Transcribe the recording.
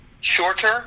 Shorter